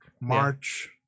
March